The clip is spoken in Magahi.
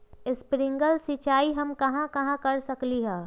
स्प्रिंकल सिंचाई हम कहाँ कहाँ कर सकली ह?